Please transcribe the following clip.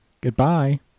goodbye